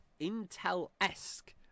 intel-esque